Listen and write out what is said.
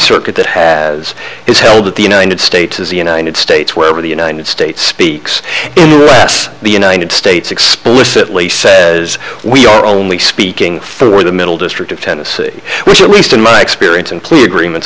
circuit that has has held that the united states is the united states wherever the united states speaks as the united states explicitly says we are only speaking for the middle district of tennessee which at least in my experience in plea agreements